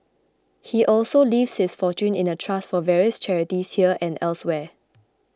he also leaves his fortune in a trust for various charities here and elsewhere